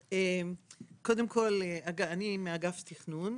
קודם כל, אני מאגף התכנון.